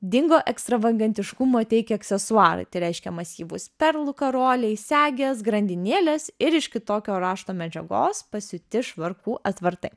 dingo ekstravagantiškumo teikę aksesuarai tai reiškia masyvūs perlų karoliai segės grandinėlės ir iš kitokio rašto medžiagos pasiūti švarkų atvartai